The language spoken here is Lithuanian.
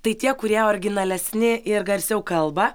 tai tie kurie originalesni ir garsiau kalba